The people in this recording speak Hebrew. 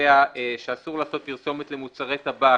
שקובע שאסור לעשות פרסומת למוצרי טבק